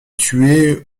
tués